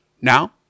Now